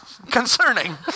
Concerning